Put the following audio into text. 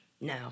No